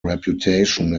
reputation